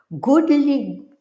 Goodly